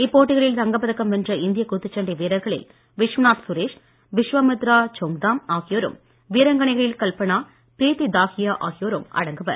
இப்போட்டிகளில் தங்கப் பதக்கம் வென்ற இந்திய குத்துச்சண்டை வீரர்களில் விஸ்வநாத் சுரேஷ் பிஷ்வாமித்ரா சோங்தாம் ஆகியோரும் வீராங்கனைகளில் கல்பனா ப்ரீத்தி தாஹியா ஆகியோரும் அடங்குவர்